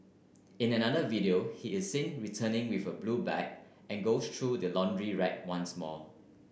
in another video he is seen returning with a blue bag and goes through the laundry rack once more